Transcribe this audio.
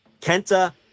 Kenta